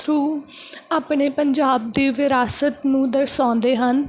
through ਆਪਣੇ ਪੰਜਾਬ ਦੀ ਵਿਰਾਸਤ ਨੂੰ ਦਰਸਾਉਂਦੇ ਹਨ